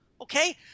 Okay